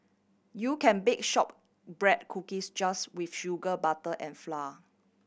you can bake shortbread cookies just with sugar butter and flour